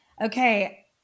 Okay